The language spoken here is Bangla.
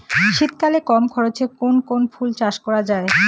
শীতকালে কম খরচে কোন কোন ফুল চাষ করা য়ায়?